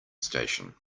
station